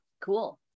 cool